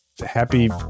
happy